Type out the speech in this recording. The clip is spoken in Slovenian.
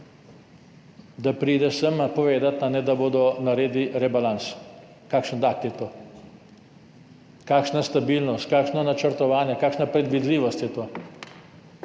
če pridejo sem povedat, da bodo naredili rebalans. Kakšen podatek je to? Kakšna stabilnost, kakšno načrtovanje, kakšna predvidljivost je to?